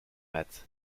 maths